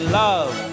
love